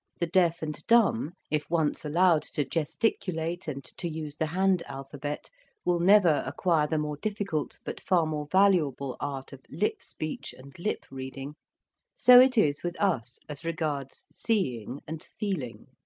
the deaf and dumb, if once allowed to gesticulate and to use the hand-alphabet, will never acquire the more difficult but far more valuable art of lip-speech and lip-reading, so it is with us as regards seeing and feeling.